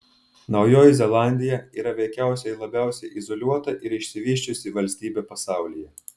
naujoji zelandija yra veikiausiai labiausiai izoliuota ir išsivysčiusi valstybė pasaulyje